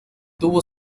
tuvo